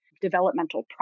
developmental